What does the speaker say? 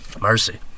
Mercy